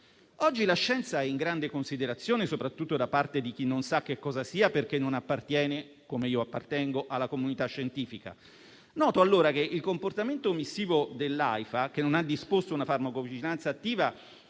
Oggi la scienza è tenuta in grande considerazione, soprattutto da parte di chi non sa che cosa sia perché non appartiene, a differenza mia, alla comunità scientifica. Noto allora che il comportamento omissivo dell'AIFA, che non ha disposto una farmacovigilanza attiva